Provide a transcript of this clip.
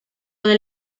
del